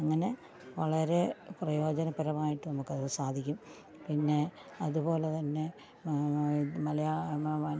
അങ്ങനെ വളരെ പ്രയോജനപരമായിട്ട് നമുക്കത് സാധിക്കും പിന്നെ അതുപോലെ തന്നെ